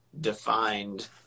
defined